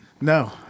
No